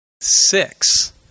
six